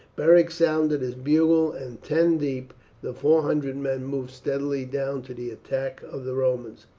beric sounded his bugle, and ten deep the four hundred men moved steadily down to the attack of the romans.